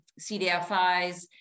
CDFIs